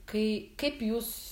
kai kaip jūs